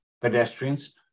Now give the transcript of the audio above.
pedestrians